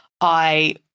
I-